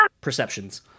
perceptions